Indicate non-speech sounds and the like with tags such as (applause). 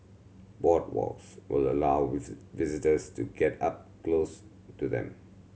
boardwalks will allow (unintelligible) visitors to get up close to them